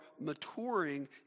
maturing